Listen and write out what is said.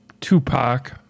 Tupac